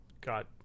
got